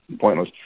Pointless